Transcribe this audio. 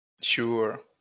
Sure